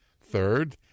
Third